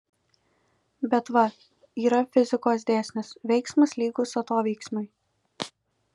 bet va yra fizikos dėsnis veiksmas lygus atoveiksmiui